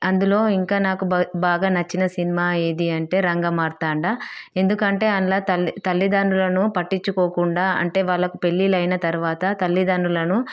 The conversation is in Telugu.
అందులో ఇంకా నాకు బాగా నచ్చిన సినిమా ఏది అంటే రంగమార్తాండ ఎందుకంటే అందులో తల్లి తల్లిదండ్రులను పట్టించుకోకుండా అంటే వాళ్ళకి పెళ్లి అయిన తర్వాత తల్లిదండ్రులను